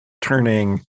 turning